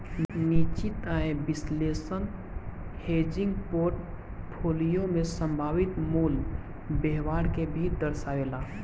निश्चित आय विश्लेषण हेजिंग पोर्टफोलियो में संभावित मूल्य व्यवहार के भी दर्शावेला